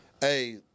hey